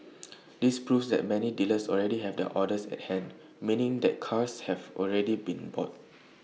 this proves that many dealers already have their orders at hand meaning that cars have already been bought